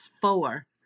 four